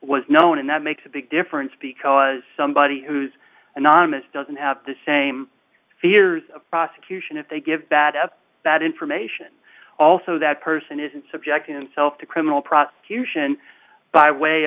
was known and that makes a big difference because somebody who's anonymous doesn't have the same fears of prosecution if they give that up that information also that person isn't subject himself to criminal prosecution by way